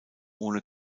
ohne